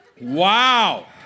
Wow